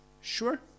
sure